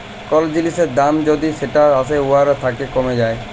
call জিলিসের দাম যদি যেট আসে উয়ার থ্যাকে কমে যায়